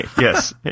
yes